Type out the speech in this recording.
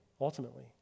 ultimately